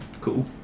Cool